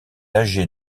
âgé